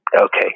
Okay